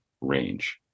range